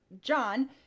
John